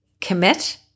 Commit